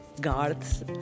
guards